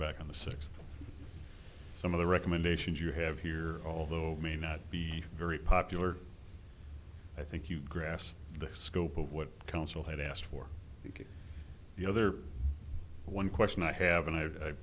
back on the six some of the recommendations you have here although it may not be very popular i think you grasp the scope of what council had asked for the other one question i have